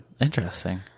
interesting